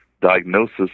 diagnosis